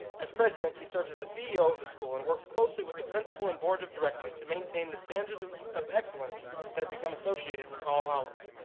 as president he serves as a ceo of the school and works closely with the principal and board of directors to maintain the standards of of excellence that have become associated with all hallows.